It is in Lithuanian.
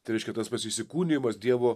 tai reiškia tas pats įsikūnijimas dievo